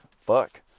Fuck